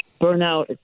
burnout